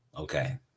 Okay